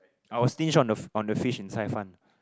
I will stinge on the on the fish in Cai Fan